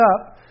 up